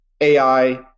AI